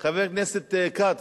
חבר הכנסת כץ,